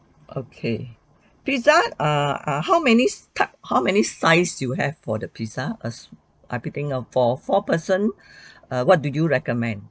okay pizza err err how many type how many size you have for the pizza as I picking up for four person err what do you recommend